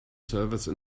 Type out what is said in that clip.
service